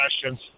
questions